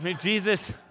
Jesus